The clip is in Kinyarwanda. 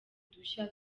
udushya